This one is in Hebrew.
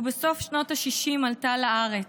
ובסוף שנות השישים עלתה לארץ,